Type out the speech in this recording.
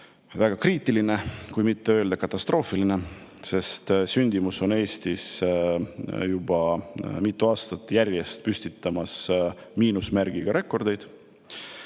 väga kriitiline, kui mitte öelda katastroofiline, sest sündimus on Eestis juba mitu aastat järjest püstitanud miinusmärgiga rekordeid.